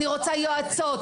אני רוצה יועצות.